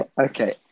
Okay